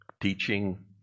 teaching